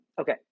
Okay